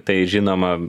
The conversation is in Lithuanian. tai žinoma